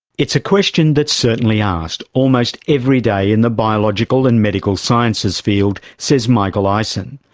it's a question that's certainly asked almost every day in the biological and medical sciences field, says michael eisen.